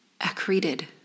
accreted